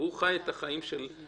והוא חי את החיים שלהם,